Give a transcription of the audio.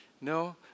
No